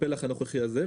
לפלח הנוכחי הזה,